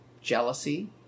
jealousy